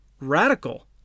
radical